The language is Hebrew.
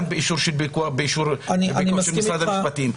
גם באישור ופיקוח של משרד המשפטים,